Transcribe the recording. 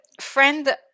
friend